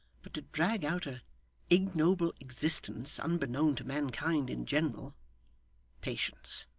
but to drag out a ignoble existence unbeknown to mankind in general patience!